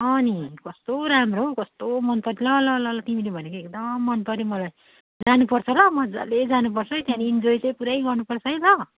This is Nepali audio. अँ नि कस्तो राम्रो हौ कस्तो मनपऱ्यो ल ल ल तिमीले भनेको एकदम मनपऱ्यो मलाई जानुपर्छ ल मजाले जानुपर्छ है त्यहाँदेखि इन्जोय चाहिँ पुरै गर्नुपर्छ है ल